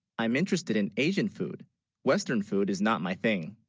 i'm interested in asian food western food is not my thing